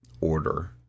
order